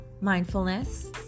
mindfulness